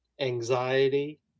anxiety